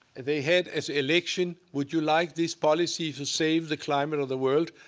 they had as election, would you like this policy to save the climate of the world?